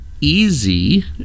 easy